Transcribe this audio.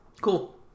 Cool